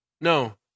No